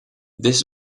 this